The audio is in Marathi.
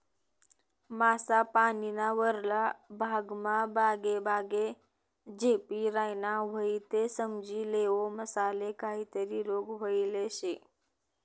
मासा पानीना वरला भागमा बागेबागे झेपी रायना व्हयी ते समजी लेवो मासाले काहीतरी रोग व्हयेल शे